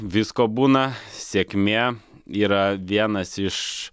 visko būna sėkmė yra vienas iš